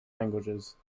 languages